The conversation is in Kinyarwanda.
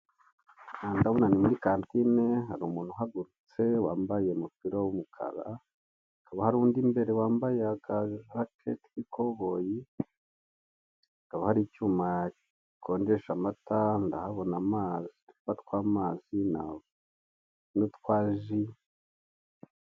Aha ndabona muri kantine hari umuntu uhagurutse wambaye umupira w'umukara, hakaba hari undi imbere wambaye akajakete k'ikoboyi, hakaba hari icyuma gikonjesha amata, ndahabona uducupa tw'amazi n'utwa ji.